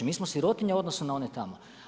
Mi smo sirotinja u odnosu na one tamo.